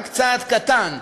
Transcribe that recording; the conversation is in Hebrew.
רק צעד קטן,